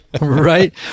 Right